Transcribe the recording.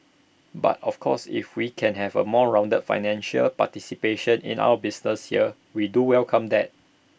but of course if we can have A more rounded financial participation in our business here we do welcome that